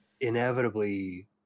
inevitably